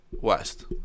west